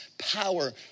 power